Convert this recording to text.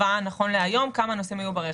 טובה נכון להיום כמה נוסעים היו ברכב.